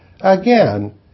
Again